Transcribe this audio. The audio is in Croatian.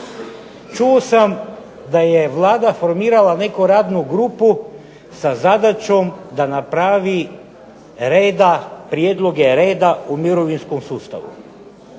Čuo sam da je Vlada formirala neku radnu grupu sa zadaćom da napravi prijedloge reda u mirovinskom sustavu.